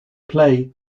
play